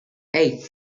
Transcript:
hey